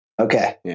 Okay